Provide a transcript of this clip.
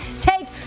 take